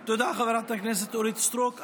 תודה, חברת הכנסת אורית סטרוק.